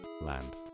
Land